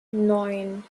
neun